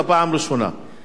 זו דוגמה, זו דוגמה.